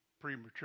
premature